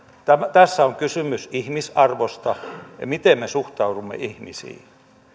tässä on kysymys ihmisarvosta ja siitä miten me suhtaudumme ihmisiin